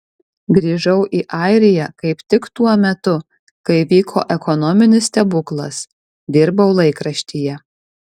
grįžau į airiją kaip tik tuo metu kai vyko ekonominis stebuklas dirbau laikraštyje